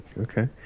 Okay